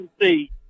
see